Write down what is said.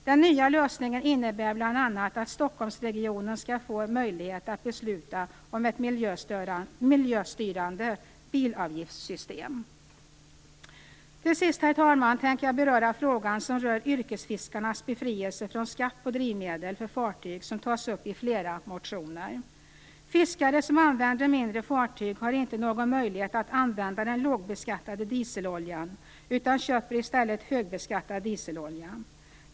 Den nya lösningen innebär bland annat att Stockholmsregionen skall få möjlighet att besluta om ett miljöstyrande bilavgiftssystem. Till sist, herr talman, tänker jag beröra frågan om yrkesfiskarnas befrielse från skatt på drivmedel för fartyg. Det är en fråga som tas upp i flera motioner. Fiskare som använder mindre fartyg har inte någon möjlighet att använda den lågbeskattade dieseloljan, utan köper i stället högbeskattad dieselolja.